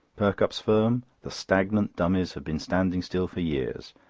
perkupp's firm? the stagnant dummies have been standing still for years,